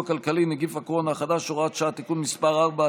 כלכלי (נגיף הקורונה החדש) (הוראת שעה) (תיקון מס' 4),